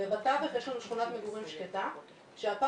בתווך יש לנו שכונת מגורים שקטה שהפארק